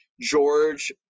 George